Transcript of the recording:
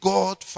God